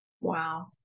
Wow